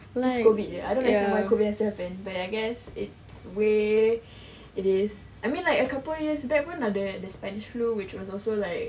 this COVID jer I don't expect all this to happen but I guess it's way it is I mean like a couple years back pun ada the spanish flu which was also like